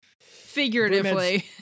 figuratively